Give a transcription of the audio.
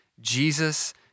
Jesus